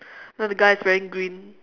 now the guy is wearing green